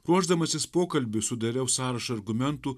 ruošdamasis pokalbiui sudariau sąrašą argumentų